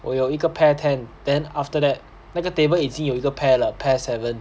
我有一个 pair ten then after that 那个 table 已经有一个 pair 了 pair seven